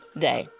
day